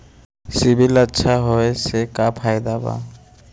CIBIL अच्छा होऐ से का फायदा बा?